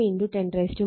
ഇവിടെ E1 4